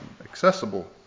accessible